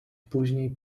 później